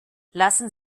lassen